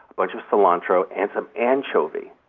bunch of cilantro and some anchovy.